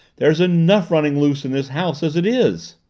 there's enough running loose in this house as it is!